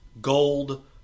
gold